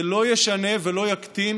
זה לא ישנה ולא יקטין